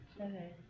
Okay